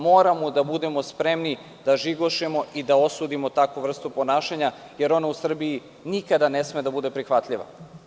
Moramo da budemo spremni, da žigošemo i osudimo takvu vrstu ponašanja, jer ona u Srbiji nikada ne sme da bude prihvatljiva.